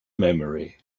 memory